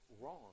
wrong